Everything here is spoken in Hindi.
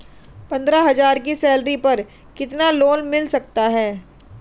पंद्रह हज़ार की सैलरी पर कितना लोन मिल सकता है?